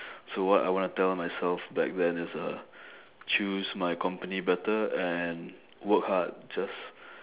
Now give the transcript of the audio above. so what I wanna tell myself back then is uh choose my company better and work hard just